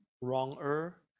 wronger